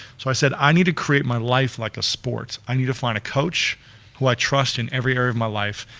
so i said i need to create my life like a sport, i need to find a coach who i trust in every area of my life,